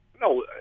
No